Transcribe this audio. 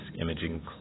imaging